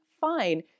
fine